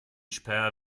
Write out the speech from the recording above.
späher